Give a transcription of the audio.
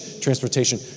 transportation